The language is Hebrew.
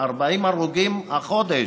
40 הרוגים החודש.